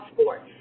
sports